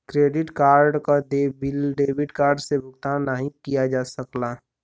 credit card क देय bill debit card से भुगतान नाहीं किया जा सकला